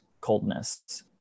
coldness